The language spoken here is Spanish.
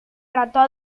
trato